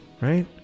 right